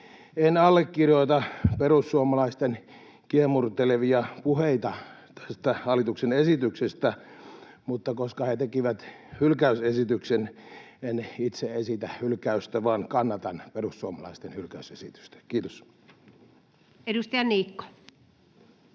En allekirjoita perussuomalaisten kiemurtelevia puheita tästä hallituksen esityksestä, mutta koska he tekivät hylkäysesityksen, en itse esitä hylkäystä vaan kannatan perussuomalaisten hylkäysesitystä. — Kiitos. Edustaja Niikko.